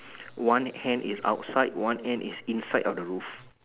one hand is outside one hand is inside of the roof